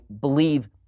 believe